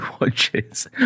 watches